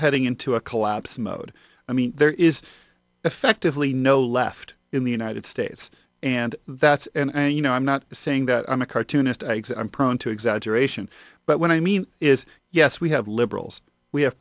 heading into a collapse mode i mean there is effectively no left in the united states and that's and you know i'm not saying that i'm a cartoonist eggs i'm prone to exaggeration but what i mean is yes we have liberals we have